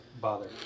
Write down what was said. bother